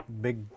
big